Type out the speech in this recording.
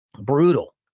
Brutal